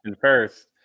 first